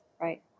right